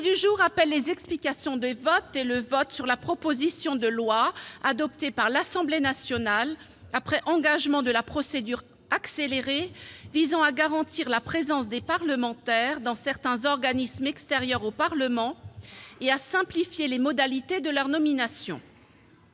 du jour appelle les explications de vote et le vote sur la proposition de loi, adoptée par l'Assemblée nationale, après engagement de la procédure accélérée, visant à garantir la présence des parlementaires dans certains organismes extérieurs au Parlement et à simplifier les modalités de leur nomination